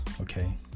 Okay